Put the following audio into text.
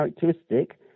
characteristic